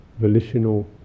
volitional